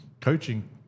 coaching